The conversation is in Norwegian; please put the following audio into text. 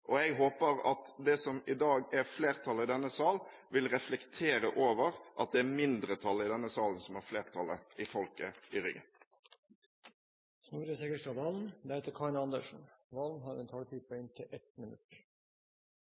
Jeg håper at det som i dag er flertallet i denne sal, vil reflektere over at det er mindretallet i denne sal som har flertallet av folket i ryggen. Representanten Snorre Serigstad Valen har hatt ordet to ganger tidligere og får ordet til en